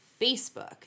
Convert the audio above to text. Facebook